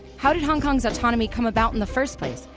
how did hong kong's autonomy come about in the first place?